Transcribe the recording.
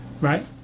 right